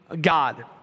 God